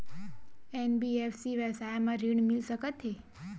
NBFC व्यवसाय मा ऋण मिल सकत हे